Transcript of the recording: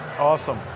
Awesome